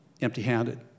empty-handed